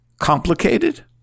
Complicated